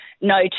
No